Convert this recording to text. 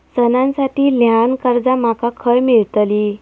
सणांसाठी ल्हान कर्जा माका खय मेळतली?